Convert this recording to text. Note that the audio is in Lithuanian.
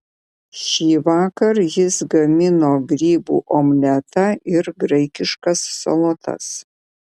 šįvakar jis gamino grybų omletą ir graikiškas salotas